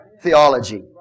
theology